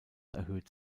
erhöht